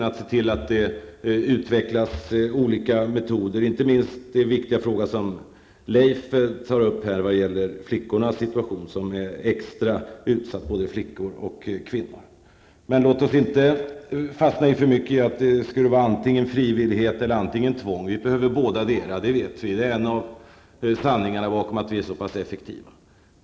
Inte minst viktig är den fråga som Leif Carlson tog upp, nämligen flickornas situation. Både flickor och kvinnor är extra utsatta. Låt oss inte fastna så mycket i diskussionen om frivillighet eller tvång. Vi vet att båda delarna behövs. Det är en av sanningarna bakom att vården är så pass effektiv.